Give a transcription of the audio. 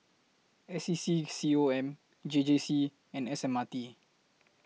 S E C C O M J J C and S M R T